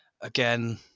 again